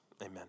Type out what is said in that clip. amen